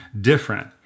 different